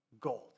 gold